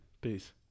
peace